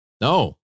No